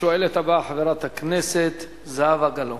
השואלת הבאה, חברת הכנסת זהבה גלאון.